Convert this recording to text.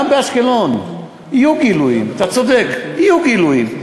גם באשקלון יהיו גילויים, אתה צודק, יהיו גילויים.